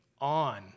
on